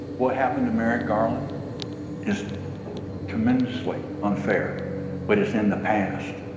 what happened to merrick garland is tremendously unfair but it's in the past.